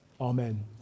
Amen